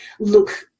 look